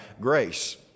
grace